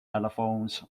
telephones